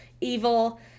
evil